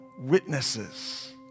witnesses